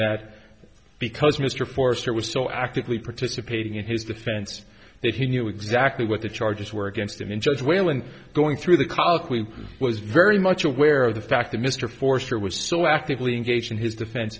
that because mr forster was so actively participating in his defense that he knew exactly what the charges were against him in judge whalen going through the colloquy was very much aware of the fact that mr forster was so actively engaged in his defense